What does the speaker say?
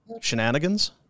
shenanigans